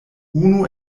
unu